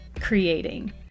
creating